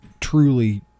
truly